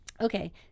okay